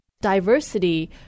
diversity